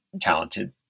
talented